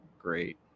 great